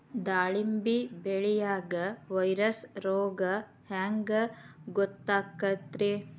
ದಾಳಿಂಬಿ ಬೆಳಿಯಾಗ ವೈರಸ್ ರೋಗ ಹ್ಯಾಂಗ ಗೊತ್ತಾಕ್ಕತ್ರೇ?